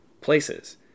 places